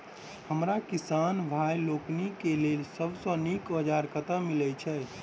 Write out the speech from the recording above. हमरा किसान भाई लोकनि केँ लेल सबसँ नीक औजार कतह मिलै छै?